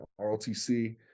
RLTC